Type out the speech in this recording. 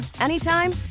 anytime